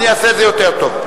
אני אעשה את זה יותר טוב.